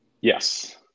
Yes